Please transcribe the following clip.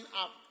up